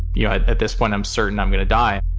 yeah at this point, i'm certain i'm going to die.